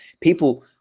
people